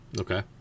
Okay